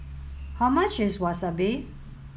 how much is Wasabi